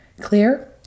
Clear